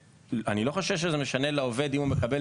אני לא חושב שזה משנה לעובד אם הוא מקבל